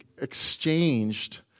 exchanged